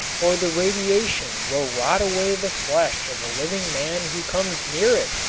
for the radiation will rot away the flesh of a living man who comes near it,